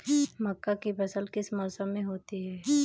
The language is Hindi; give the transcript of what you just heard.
मक्का की फसल किस मौसम में होती है?